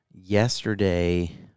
yesterday